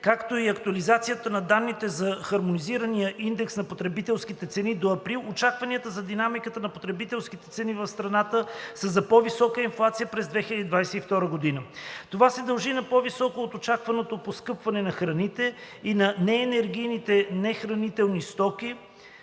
както и актуализацията на данните за Хармонизирания индекс на потребителските цени до април, очакванията за динамиката на потребителските цени в страната са за по-висока инфлация през 2022 г. Това се дължи на по-високо от очакваното поскъпване на храните и неенергийните нехранителни стоки